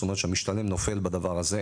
זאת אומרת שהמשתלם 'נופל' בדבר הזה,